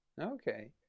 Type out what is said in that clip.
Okay